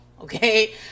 okay